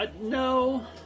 no